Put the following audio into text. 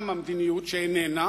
גם המדיניות שאיננה